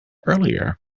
earlier